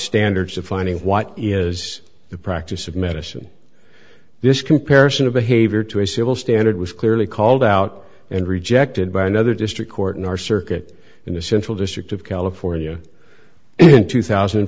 standards defining what is the practice of medicine this comparison of behavior to a civil standard was clearly called out and rejected by another district court in our circuit in the central district of california and two thousand